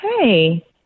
hey